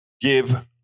give